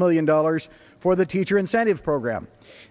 million dollars for the teacher incentive program